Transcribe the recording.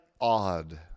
odd